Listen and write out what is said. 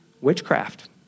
witchcraft